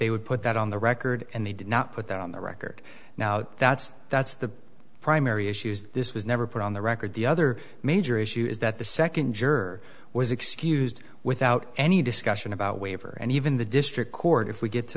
they would put that on the record and they did not put that on the record now that's that's the primary issues this was never put on the record the other major issue is that the second juror was excused without any discussion about waiver and even the district court if we get to